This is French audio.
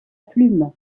plume